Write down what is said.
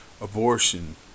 abortion